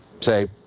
say